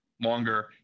longer